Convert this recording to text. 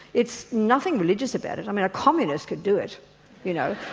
it's nothing religious about it, i mean a communist could do it you know,